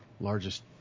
largest